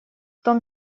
том